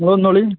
നിങ്ങൾ വന്നോളൂ